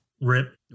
rip